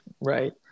Right